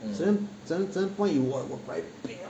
certain certain certain point !wah! you very pain